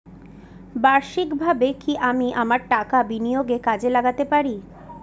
বার্ষিকভাবে কি আমি আমার টাকা বিনিয়োগে কাজে লাগাতে পারি?